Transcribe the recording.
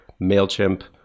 MailChimp